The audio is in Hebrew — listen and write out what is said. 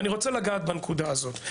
אני רוצה לגעת בנקודה הזאת.